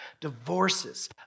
Divorces